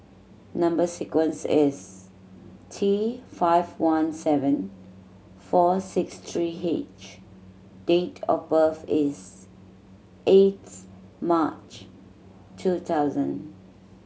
number sequence is T five one seven four six three H date of birth is eighth March two thousand